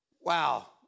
wow